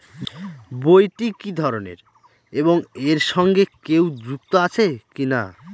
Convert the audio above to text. বইটি কি ধরনের এবং এর সঙ্গে কেউ যুক্ত আছে কিনা?